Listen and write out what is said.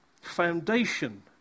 foundation